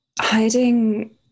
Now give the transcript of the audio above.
hiding